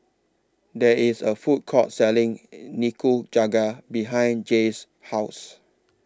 There IS A Food Court Selling Nikujaga behind Jaye's House